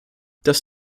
das